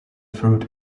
fruit